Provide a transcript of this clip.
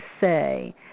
say